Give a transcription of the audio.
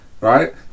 Right